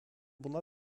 buna